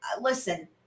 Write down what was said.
listen